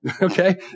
Okay